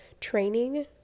training